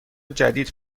جدید